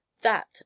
that